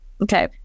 Okay